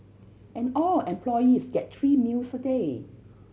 and all employees get three meals a day